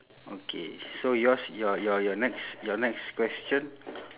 okay so yours your your your next your next question